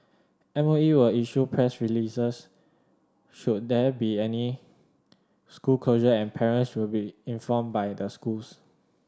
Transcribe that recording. M O E will issue press releases should there be any school closure and parents will be informed by the schools